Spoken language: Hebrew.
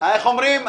איך אומרים?